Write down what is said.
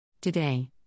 Today